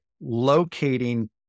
locating